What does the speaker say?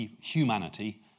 humanity